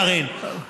קארין,